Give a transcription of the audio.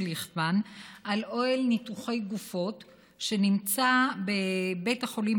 ליכטמן על אוהל ניתוחי גופות שנמצא בבית החולים,